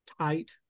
tight